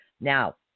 Now